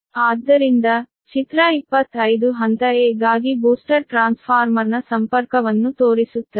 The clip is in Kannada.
ಆದ್ದರಿಂದ ಚಿತ್ರ 25 ಹಂತ a ಗಾಗಿ ಬೂಸ್ಟರ್ ಟ್ರಾನ್ಸ್ಫಾರ್ಮರ್ನ ಸಂಪರ್ಕವನ್ನು ತೋರಿಸುತ್ತದೆ